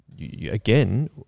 again